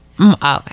okay